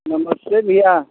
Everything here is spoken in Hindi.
नमस्ते भैया